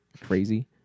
crazy